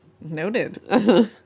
noted